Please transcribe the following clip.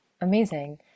Amazing